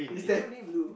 is definitely blue